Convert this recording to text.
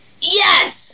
Yes